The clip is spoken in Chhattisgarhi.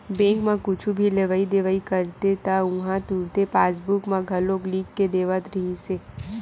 बेंक म कुछु भी लेवइ देवइ करते त उहां तुरते पासबूक म घलो लिख के देवत रिहिस हे